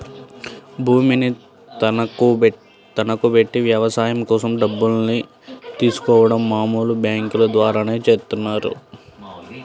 భూమిని తనఖాబెట్టి వ్యవసాయం కోసం డబ్బుల్ని తీసుకోడం మామూలు బ్యేంకుల ద్వారానే చేత్తన్నారు